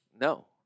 No